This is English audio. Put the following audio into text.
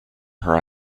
her